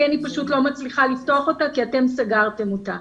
אני לא מצליחה לפתוח אותה כי אתם סגרתם אותה.